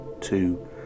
two